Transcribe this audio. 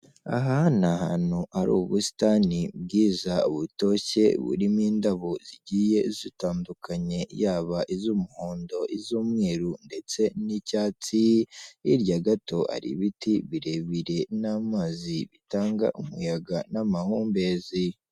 Aha ahantu hari ubusitani bwiza butoshye burimo indabo zigiye zitandukanye, yaba iz'umuhondo, iz'umweru ndetse n'icyatsi, hirya gato ari ibiti birebire n'amazi bitanga umuyaga n'amahumbezi.